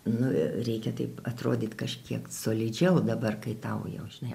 nu reikia taip atrodyt kažkiek solidžiau dabar kai tau jau žinai